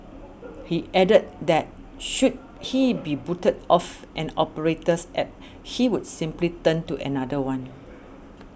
he added that should he be booted off an operator's App he would simply turn to another one